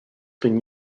been